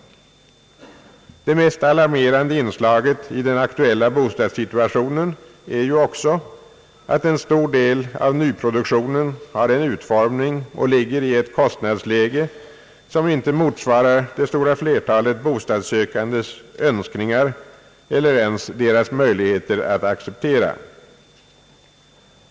Det mest alarmerande inslaget i den aktuella bostadssituationen är också, att en stor del av nyproduktionen har en utformning och ligger i ett kostnadsläge, som icke motsvarar det stora flertalet bostadssökandes önskningar eller ens deras möjligheter att acceptera bostaden.